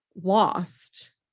lost